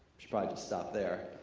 should probably just stop there.